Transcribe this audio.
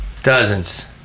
Dozens